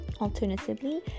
Alternatively